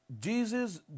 Jesus